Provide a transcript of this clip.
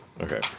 Okay